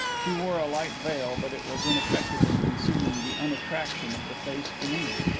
she wore a light veil, but it was ineffective in concealing the unattraction of the face beneath.